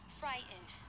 frightened